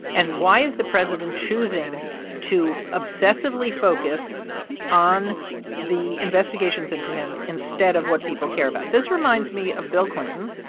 and why is the president choosing to obsessively focus on the investigations into him instead of what people care about? this reminds me of bill clinton,